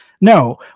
no